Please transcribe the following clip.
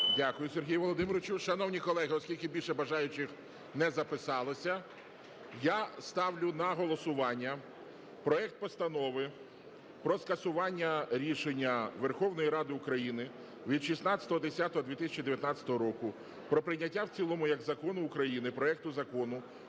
Дякую, Сергію Володимировичу. Шановні колеги, оскільки більше бажаючих не записалося, я ставлю на голосування проект Постанови про скасування рішення Верховної Ради України від 16.10.2019 року про прийняття в цілому як Закону України проекту Закону